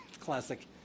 classic